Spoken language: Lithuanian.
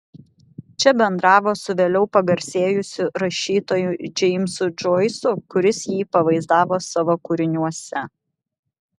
čia bendravo su vėliau pagarsėjusiu rašytoju džeimsu džoisu kuris jį pavaizdavo savo kūriniuose